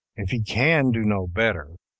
if he can do no better,